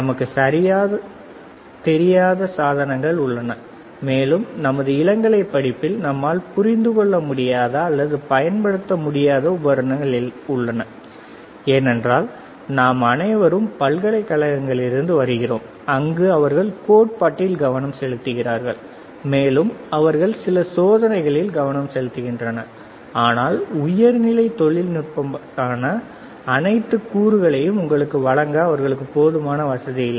நமக்கு சரியாகத் தெரியாத சாதனங்கள் உள்ளன மேலும் நமது இளங்கலை படிப்பில் நம்மால் புரிந்துகொள்ள முடியாத அல்லது பயன்படுத்த முடியாத உபகரணங்கள் உள்ளன ஏனென்றால் நாம் அனைவரும் பல்கலைக்கழகங்களிலிருந்து வருகிறோம் அங்கு அவர்கள் கோட்பாட்டில் கவனம் செலுத்துகிறார்கள் மேலும் அவர்கள் சில சோதனைகளில் கவனம் செலுத்துகின்றனர் ஆனால் உயர்நிலை தொழில்நுட்பமான அனைத்து கூறுகளையும் உங்களுக்கு வழங்க அவர்களுக்கு போதுமான வசதி இல்லை